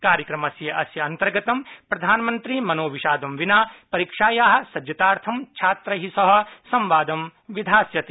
कार्यक्रमस्य अस्य अंतर्गतं प्रधानमन्त्री मनोविषादं विना परीक्षाया सज्जताथं छात्रै सह संवाद विधास्यति